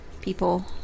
people